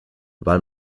weil